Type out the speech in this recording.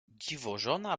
dziwożona